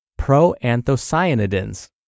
proanthocyanidins